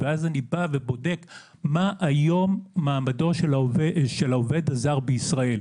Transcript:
ואז אני בודק מה היום מעמדו של העובד הזר בישראל.